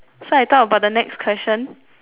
so I talk about the next question